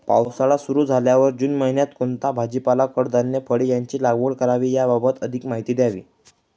पावसाळा सुरु झाल्यावर जून महिन्यात कोणता भाजीपाला, कडधान्य, फळे यांची लागवड करावी याबाबत अधिक माहिती द्यावी?